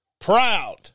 Proud